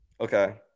Okay